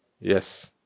Yes